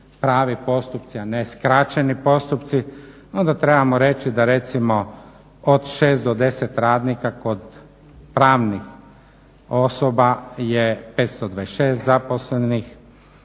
pravi postupci, a ne skraćeni postupci no da trebamo reći da recimo od 6 do 10 radnika kod pravnih osoba je 526 zaposlenih,